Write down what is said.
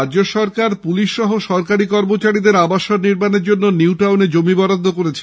রাজ্য সরকার পুলিশ সহ সরকারি কর্মচারীদের আবাসন নির্মাণের জন্য নিউটাউনে জমি বরাদ্দ করেছে